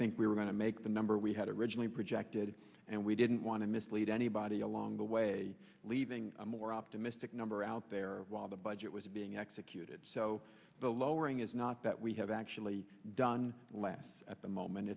think we were going to make the number we had originally projected and we didn't want to mislead anybody along the way leaving a more optimistic number out there while the budget was being executed so the lowering is not that we have actually done less at the moment